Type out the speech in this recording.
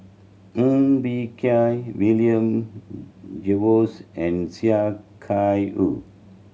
Ng Bee Kia William Jervois and Sia Kah Hui